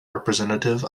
representative